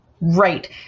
Right